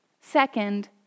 Second